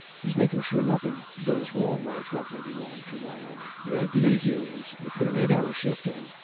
he's making sure nothing goes wrong while a truck may be rolling through wyoming. the idea here is you put an eight-hour shift in,